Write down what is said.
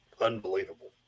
unbelievable